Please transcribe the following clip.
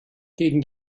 gegen